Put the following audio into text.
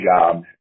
job